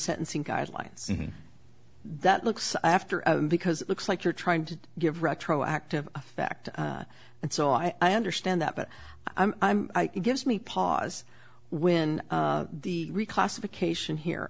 sentencing guidelines that looks after because it looks like you're trying to give retroactive effect and so i understand that but i'm it gives me pause when the reclassification here